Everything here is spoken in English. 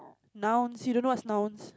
nouns you don't know what's nouns